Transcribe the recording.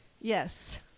Yes